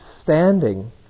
Standing